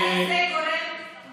מה אתה אומר על זה?